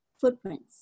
footprints